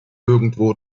irgendwo